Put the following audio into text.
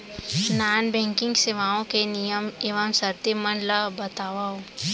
non banking सेवाओं के नियम एवं शर्त मन ला बतावव